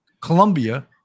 Colombia